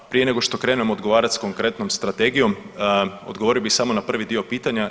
Pa prije nego što krenem odgovarat s konkretnom strategijom, odgovorio bi samo na prvi dio pitanja.